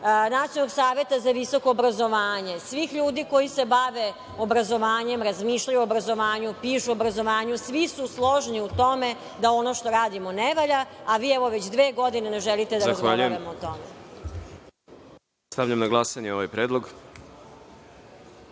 Nacionalnog saveta za visoko obrazovanje, svih ljudi koji se bave obrazovanjem, razmišljaju o obrazovanju, pišu o obrazovanju, svi su složni u tome da ono što radimo ne valja, a vi evo već dve godine ne želite da razgovaramo o tome. **Đorđe Milićević**